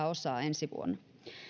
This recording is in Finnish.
osaa ensi vuonna